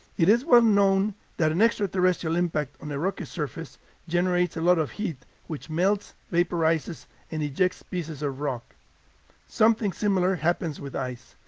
it is well known that an extraterrestrial impact on a rocky surface generates a lot of heat which melts, vaporizes and ejects pieces of rock something similar happens with ice.